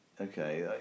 okay